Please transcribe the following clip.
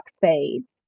phase